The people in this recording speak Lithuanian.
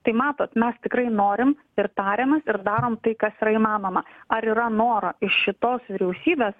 tai matot mes tikrai norim ir tariamės ir darom tai kas yra įmanoma ar yra noro iš šitos vyriausybės